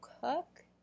cook